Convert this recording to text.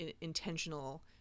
intentional